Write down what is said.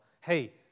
Hey